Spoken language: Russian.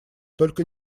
только